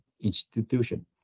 institution